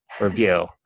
review